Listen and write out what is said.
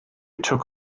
took